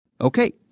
Okay